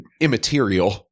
immaterial